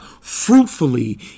fruitfully